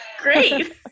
great